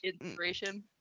Inspiration